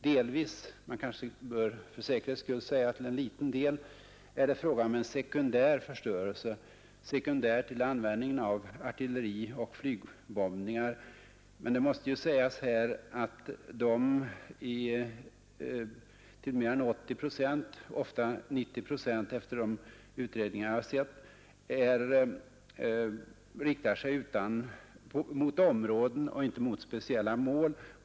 Till mer än 80 procent — oftast mer än 90 procent enligt de utredningar jag har sett — riktar sig artilleriangreppen och bombningarna mot områden och inte mot speciella mål.